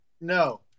No